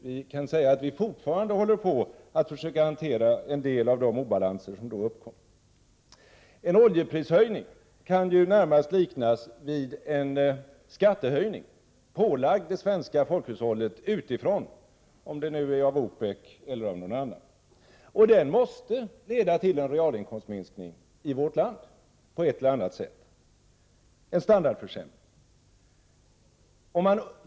Vi håller fortfarande på att försöka hantera en del av de obalanser som då uppkom. En oljeprishöjning kan närmast liknas vid en skattehöjning, pålagd det svenska folkhushållet utifrån, om det nu är från OPEC eller något annat. Den måste leda till en realinkomstminskning i vårt land, alltså en standardförsämring på ett eller annat sätt.